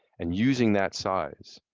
and using that size,